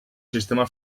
sistema